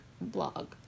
blog